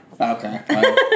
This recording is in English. Okay